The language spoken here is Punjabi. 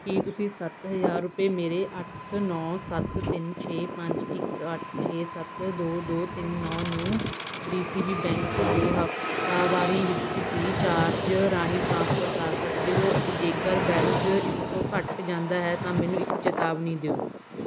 ਕੀ ਤੁਸੀਂਂ ਸੱਤ ਹਜ਼ਾਰ ਰੁਪਏ ਮੇਰੇ ਅੱਠ ਨੌ ਸੱਤ ਤਿੰਨ ਛੇ ਪੰਜ ਇੱਕ ਅੱਠ ਛੇ ਸੱਤ ਦੋ ਦੋ ਤਿੰਨ ਨੌ ਨੂੰ ਡੀ ਸੀ ਬੀ ਬੈਂਕ ਦੋ ਹਫ਼ਤਾਵਾਰੀ ਵਿੱਚ ਫ੍ਰੀਚਾਰਜ ਰਾਹੀਂ ਟ੍ਰਾਂਸਫਰ ਕਰ ਸਕਦੇ ਹੋ ਅਤੇ ਜੇਕਰ ਬੈਲੇਂਸ ਇਸ ਤੋਂ ਘੱਟ ਜਾਂਦਾ ਹੈ ਤਾਂ ਮੈਨੂੰ ਇੱਕ ਚੇਤਾਵਨੀ ਦਿਓ